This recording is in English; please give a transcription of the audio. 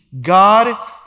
God